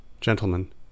Gentlemen